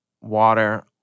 water